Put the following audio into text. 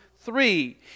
Three